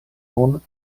nun